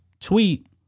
tweet